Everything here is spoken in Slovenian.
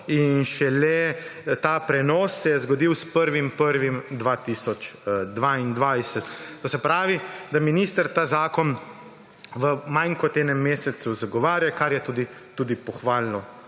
in šele ta prenos se je zgodil s 1. 1. 2022. To se pravi, da minister ta zakon v manj kot enem mesecu zagovarja, kar je tudi pohvale